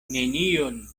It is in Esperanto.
nenion